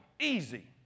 Easy